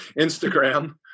Instagram